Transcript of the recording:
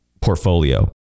portfolio